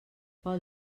pel